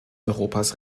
europas